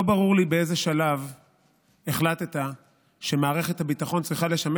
לא ברור לי באיזה שלב החלטת שמערכת הביטחון צריכה לשמש